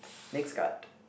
next card